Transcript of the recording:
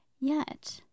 Yet